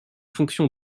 fonction